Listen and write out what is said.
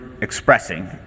expressing